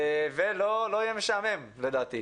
ולדעתי לא יהיה משעמם.